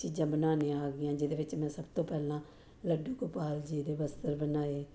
ਚੀਜ਼ਾਂ ਬਣਾਉਣੀਆਂ ਆ ਗਈਆਂ ਜਿਹਦੇ ਵਿੱਚ ਮੈਂ ਸਭ ਤੋਂ ਪਹਿਲਾਂ ਲੱਡੂ ਗੋਪਾਲ ਜੀ ਦੇ ਬਸਤਰ ਬਣਾਏ